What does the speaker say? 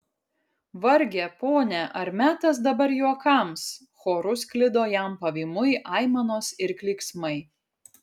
varge pone ar metas dabar juokams choru sklido jam pavymui aimanos ir klyksmai